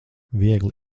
viegli